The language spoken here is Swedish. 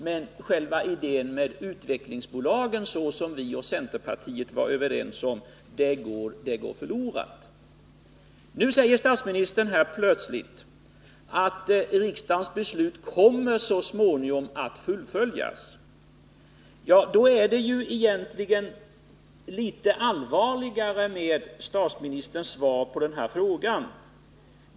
Men själva idén med utvecklingsbolagen, som vi och centerpartiet var överens om, går förlorad. Nu säger statsministern plötsligt att riksdagens beslut kommer att fullföljas så småningom. Då är det egentligen litet allvarligare med statsministerns svar på den här frågan.